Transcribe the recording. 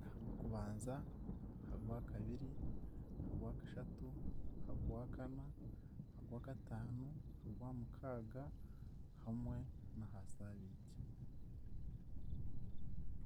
Ha Gwokubanza, ha Gwakabiri, ha Gwakashatu, ha Gwakana, ha Gwakataano, ha Gwamukaaga, hamwe n'aha Sabiiti.